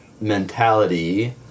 mentality